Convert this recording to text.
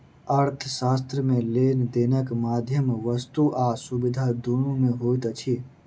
अर्थशास्त्र मे लेन देनक माध्यम वस्तु आ सुविधा दुनू मे होइत अछि